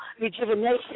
rejuvenation